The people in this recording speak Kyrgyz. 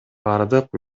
бардык